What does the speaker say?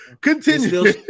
Continue